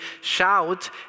shout